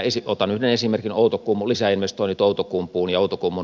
otan yhden esimerkin outokummun